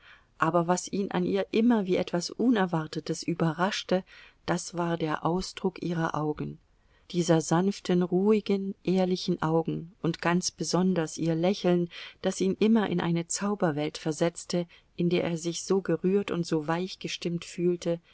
aber was ihn an ihr immer wie etwas unerwartetes überraschte das war der ausdruck ihrer augen dieser sanften ruhigen ehrlichen augen und ganz besonders ihr lächeln das ihn immer in eine zauberwelt versetzte in der er sich so gerührt und so weich gestimmt fühlte